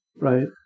right